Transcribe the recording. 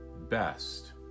best